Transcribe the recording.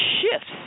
shifts